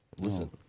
Listen